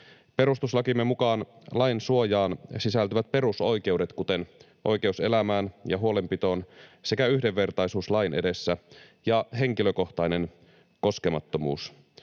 Perustuslakimme mukaan lainsuojaan sisältyvät perusoikeudet, kuten oikeus elämään ja huolenpitoon sekä yhdenvertaisuus lain edessä ja henkilökohtainen koskemattomuus.